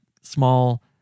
small